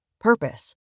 purpose